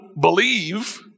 believe